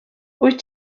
wyt